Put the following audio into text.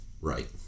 Right